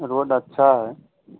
road अच्छी है